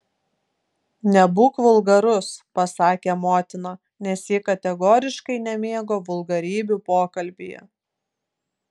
nebūk vulgarus pasakė motina nes ji kategoriškai nemėgo vulgarybių pokalbyje